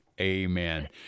amen